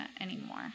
anymore